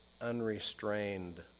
unrestrained